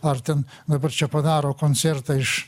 ar ten dabar čia padaro koncertą iš